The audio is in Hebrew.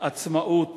עצמאות